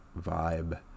vibe